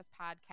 podcast